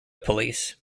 police